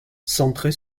centrée